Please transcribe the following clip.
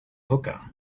hookah